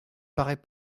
paraît